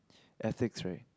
ethics right